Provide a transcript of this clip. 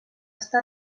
està